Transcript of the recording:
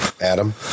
Adam